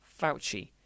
Fauci